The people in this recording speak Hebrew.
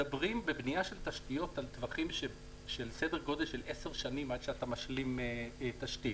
בנייה של תשתיות זה סדר גודל של עשר שנים עד שאתה משלים את התשתית.